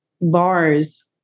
bars